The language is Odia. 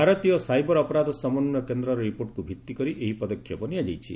ଭାରତୀୟ ସାଇବର ଅପରାଧ ସମନ୍ୱୟ କେନ୍ଦ୍ରର ରିପୋର୍ଟକୁ ଭିଭି କରି ଏହି ପଦକ୍ଷେପ ନିଆଯାଇଛି